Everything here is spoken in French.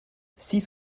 six